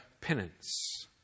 penance